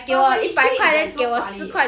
but when he say it it was funny eh